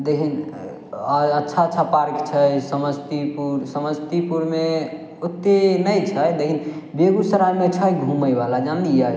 देहीन आओर अच्छा अच्छा पार्क छै समस्तीपुर समस्तीपुरमे ओते नहि छै लेकिन बेगूसरायमे छै घूमयवला जानलियै